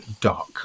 Dark